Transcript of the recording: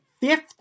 fifth